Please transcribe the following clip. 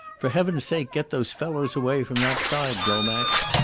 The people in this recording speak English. for heaven's sake get those fellows away from that side, glomax.